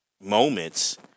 moments